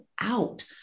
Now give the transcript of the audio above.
out